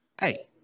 Hey